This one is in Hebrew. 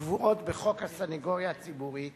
הקבועות בחוק הסניגוריה הציבורית